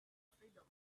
freedom